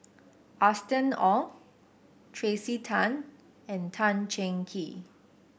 Austen Ong Tracey Tan and Tan Cheng Kee